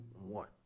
one